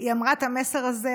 היא אמרה את המסר הזה,